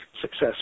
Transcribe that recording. success